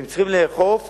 אם צריכים לאכוף,